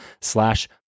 slash